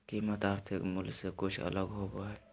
कीमत आर्थिक मूल से कुछ अलग होबो हइ